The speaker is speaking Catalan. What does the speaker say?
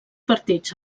partits